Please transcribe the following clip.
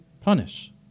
punish